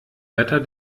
wetter